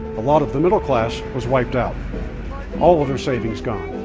a lot of the middle class was wiped out all of their savings gone.